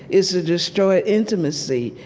is to destroy intimacy,